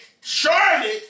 Charlotte